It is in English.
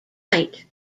night